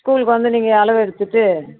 ஸ்கூலுக்கு வந்து நீங்கள் அளவு எடுத்துகிட்டு